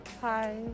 Hi